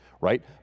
right